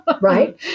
Right